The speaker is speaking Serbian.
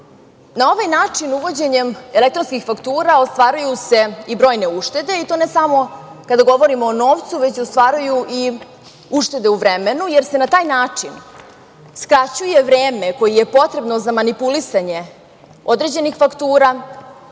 ovaj način, uvođenjem elektronskih faktura, ostvaruju se i brojne uštede, i to ne samo kada govorimo o novcu, već se ostvaruju i uštede u vremenu, jer se na taj način skraćuje vreme koje je potrebno da manipulisanje određenih faktura,